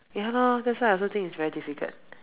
ya lor that's why I also think is very difficult